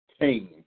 team